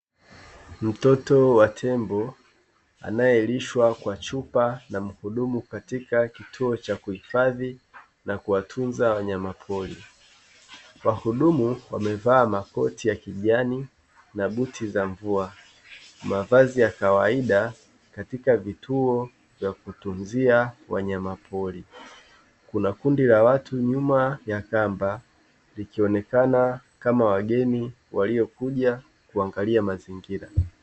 Mtoto wa tembo, anayelishwa kwa chupa na mhudumu katika kituo cha kuhifadhi na kuwatunza wanyamapori. Wahudumu wamevaa makoti ya kijani na buti za mvua, mavazi ya kawaida katika vituo vya kutunzia wanyamapori. Kuna kundi la watu nyuma ya kamba, ikionekana kama wageni waliokuja kuangalia mazingira.